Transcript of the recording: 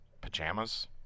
pajamas